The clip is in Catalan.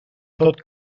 tot